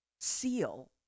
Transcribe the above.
seal